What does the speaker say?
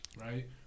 right